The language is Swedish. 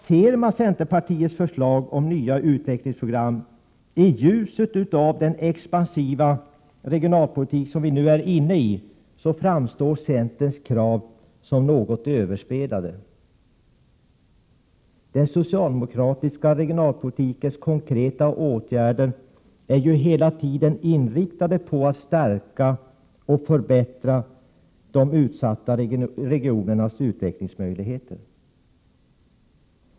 Ser man centerpartiets förslag om nya utvecklingsprogram i ljuset av den expansiva regionalpolitik som nu förs framstår centerpartiets Prot. 1987/88:127 krav som något överspelade. 26 maj 1988 Den socialdemokratiska regionalpolitikens konkreta åtgärder är ju hela tiden inriktade på att stärka och förbättra de utsatta regionernas utvecklingsmöjligheter.